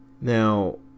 Now